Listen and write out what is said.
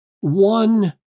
one